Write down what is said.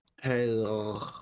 Hello